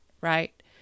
right